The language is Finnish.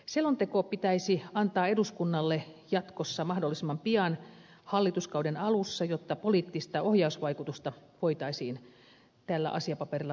selonteko pitäisi antaa eduskunnalle jatkossa mahdollisimman pian hallituskauden alussa jotta poliittista ohjausvaikutusta voitaisiin tällä asiapaperilla vahvistaa